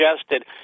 suggested